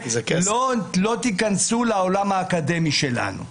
אל תיכנסו לעולם האקדמי שלנו.